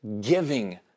giving